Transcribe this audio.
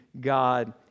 God